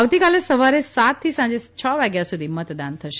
આવતીકાલે સવારે સાતથી સાંજે છ વાગ્યા સુધી મતદાન થશે